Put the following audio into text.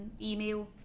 email